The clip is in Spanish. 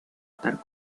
estar